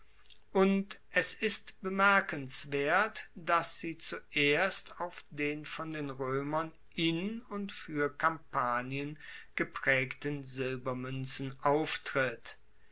und es ist bemerkenswert dass sie zuerst auf den von den roemern in und fuer kampanien gepraegten silbermuenzen auftritt